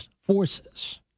forces